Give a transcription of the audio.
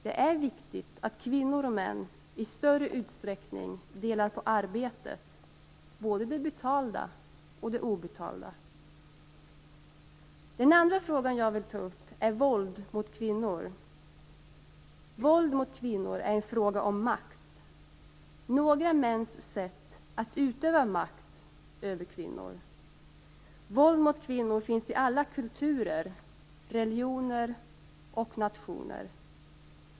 Det är viktigt att kvinnor och män i större utsträckning delar på arbetet, både det betalda och det obetalda. Den andra frågan jag vill ta upp gäller våld mot kvinnor. Våld mot kvinnor är en fråga om makt - några mäns sätt att utöva makt över kvinnor. Våld mot kvinnor finns i alla kulturer, religioner och nationer.